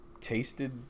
tasted